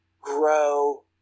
grow